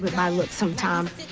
but my look sometimes.